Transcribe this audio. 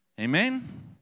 Amen